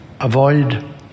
avoid